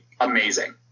amazing